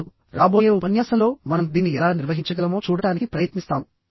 ఇప్పుడు రాబోయే ఉపన్యాసంలో మనం దీన్ని ఎలా నిర్వహించగలమో చూడటానికి ప్రయత్నిస్తాము